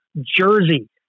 Jersey